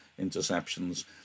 interceptions